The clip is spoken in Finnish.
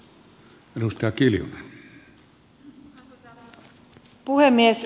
arvoisa puhemies